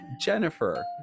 Jennifer